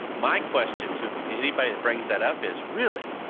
my question to anybody that brings that up is, really.